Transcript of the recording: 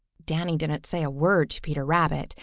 danny didn't say a word to peter rabbit,